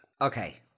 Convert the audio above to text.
Okay